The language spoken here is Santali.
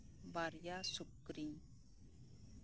ᱵᱟᱨᱭᱟ ᱥᱩᱠᱨᱤᱧ